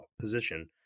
position